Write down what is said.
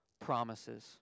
promises